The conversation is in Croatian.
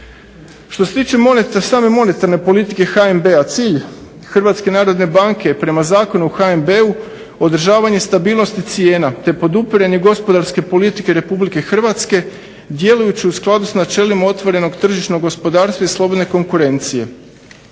Što se tiče same monetarne politike HNB-a cilj HNB-a je prema Zakonu o HNB-u održavanje stabilnosti cijena te podupiranje gospodarske politike RH djelujući u skladu s načelima otvorenog tržišnog gospodarstva i slobodne konkurencije.